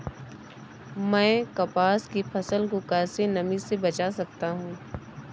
मैं कपास की फसल को कैसे नमी से बचा सकता हूँ?